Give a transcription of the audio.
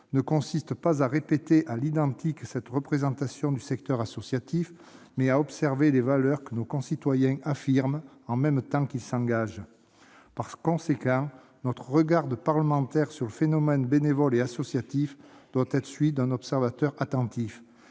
consiste non à répéter à l'identique cette représentation du secteur associatif, mais à observer les valeurs que nos concitoyens affirment en même temps qu'ils s'engagent. Par conséquent, notre regard de parlementaires sur le phénomène bénévole et associatif doit être celui d'un observateur attentif.